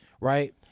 right